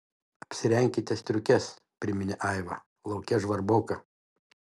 apsirenkite striukes priminė aiva lauke žvarboka